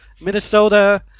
Minnesota